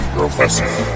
Professor